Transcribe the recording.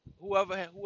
whoever